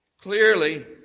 clearly